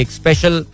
special